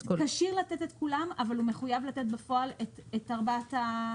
הוא כשיר לתת את כולם אבל הוא מחויב לתת בפועל את ארבעת הנושאים האלה.